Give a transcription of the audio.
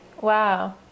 wow